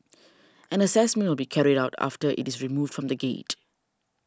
an assessment will be carried out after it is removed from the gate